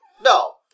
No